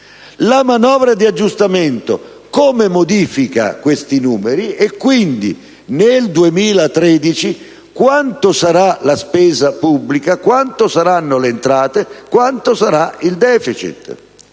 la manovra di aggiustamento modifica questi numeri e, quindi, nel 2013 quanto sarà la spesa pubblica, quanto saranno le entrate e quanto sarà il *deficit*.